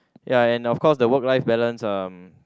ya and of course the work life balance uh